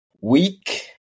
Week